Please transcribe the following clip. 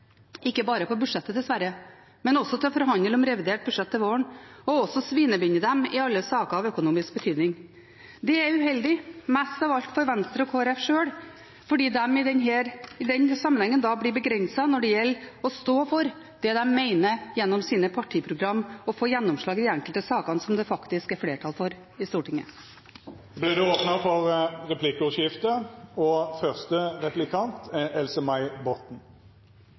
ikke bare på budsjettet, dessverre, men også til å forhandle om revidert budsjett til våren, og også svinebinde dem i alle saker av økonomisk betydning. Det er uheldig, mest av alt for Venstre og Kristelig Folkeparti sjøl, fordi de i den sammenhengen blir begrenset når det gjelder å stå for det de mener gjennom sine partiprogram, og få gjennomslag i de enkelte sakene som det faktisk er flertall for i Stortinget. Det vert replikkordskifte. Jeg merket meg at representanten Arnstad var opptatt av bredbåndsutbygging. Det ser vi også i budsjettet – både Arbeiderpartiet og